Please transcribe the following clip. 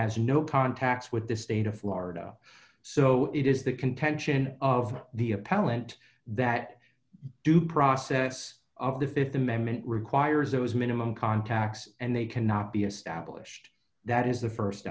has no contact with the state of florida so it is the contention of the appellant that due process of the th amendment requires those minimum contacts and they cannot be established that is the